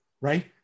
right